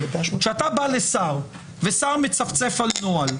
כשאתה בא לשר ושר מצפצף על נוהל,